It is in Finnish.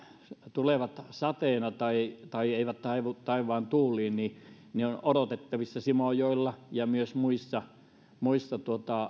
tulevat sateena tai tai eivät haihdu taivaan tuuliin niin on odotettavissa simojoella ja myös muissa muissa